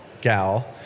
gal